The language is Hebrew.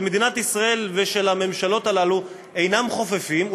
מדינת ישראל ושל הממשלות הללו אינם חופפים,